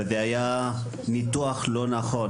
זה היה ניתוח לא נכון.